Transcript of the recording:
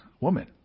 woman